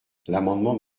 l’amendement